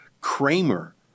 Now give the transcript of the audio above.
Kramer